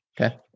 Okay